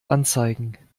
anzeigen